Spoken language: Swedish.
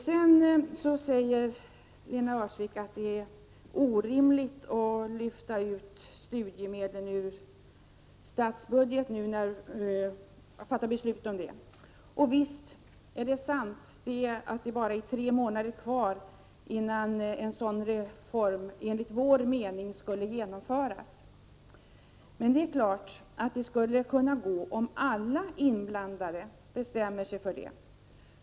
Lena Öhrsvik säger att det är orimligt att nu fatta beslut om att lyfta ut studiemedlen ur statsbudgeten. Ja, det är bara tre månader kvar innan en sådan reform enligt vår mening skulle genomföras. Men det skulle naturligtvis kunna gå om alla inblandade bestämde sig för det.